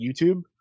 YouTube